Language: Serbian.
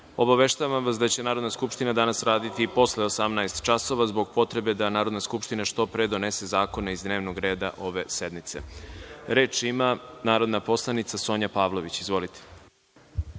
obaveštavam vas da će Narodna skupština danas raditi i posle 18.00 časova zbog potrebe da Narodna skupština što pre donese zakone iz dnevnog reda ove sednice. Reč ima narodna poslanica Sonja Pavlović. Izvolite. SONjA